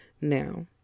Now